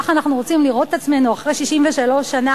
ככה אנחנו רוצים לראות את עצמנו אחרי 63 שנה,